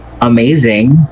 amazing